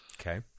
okay